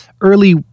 early